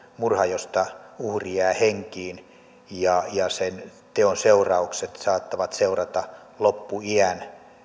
murha josta uhri jää henkiin sen teon seuraukset saattavat seurata loppuiän